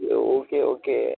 okay okay